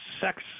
sex